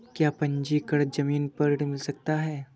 क्या पंजीकरण ज़मीन पर ऋण मिल सकता है?